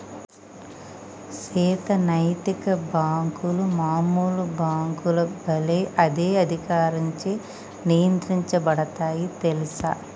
సీత నైతిక బాంకులు మామూలు బాంకుల ఒలే అదే అధికారంచే నియంత్రించబడుతాయి తెల్సా